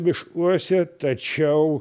miškuose tačiau